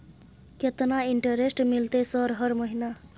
केतना इंटेरेस्ट मिलते सर हर महीना?